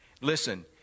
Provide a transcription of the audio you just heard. Listen